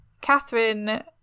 Catherine